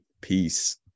Peace